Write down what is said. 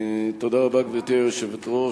גברתי היושבת-ראש,